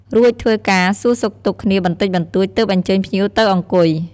រួចធ្វើការសួរសុខទុក្ខគ្នាបន្តិចបន្តួចទើបអញ្ជើញភ្លៀវទៅអង្គុយ។